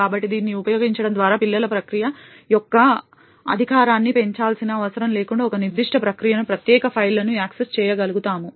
కాబట్టి దీనిని ఉపయోగించడం ద్వారా పిల్లల ప్రక్రియ యొక్క అధికారాన్ని పెంచాల్సిన అవసరం లేకుండా ఒక నిర్దిష్ట ప్రక్రియను ప్రత్యేక ఫైల్ను యాక్సెస్ చేయగలుగుతాము